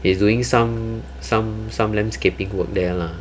he's doing some some some landscaping work there lah